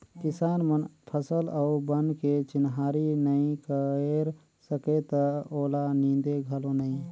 किसान मन फसल अउ बन के चिन्हारी नई कयर सकय त ओला नींदे घलो नई